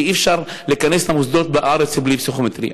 שאי-אפשר להיכנס למוסדות בארץ בלי פסיכומטרי.